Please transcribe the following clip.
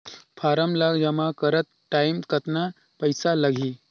Form ला जमा करत टाइम कतना पइसा लगही?